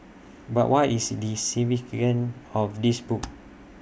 but what is the significance of this book